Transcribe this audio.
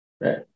right